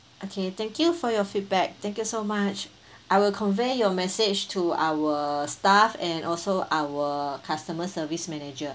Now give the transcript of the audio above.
okay thank you for your feedback thank you so much I will convey your message to our staff and also our customer service manager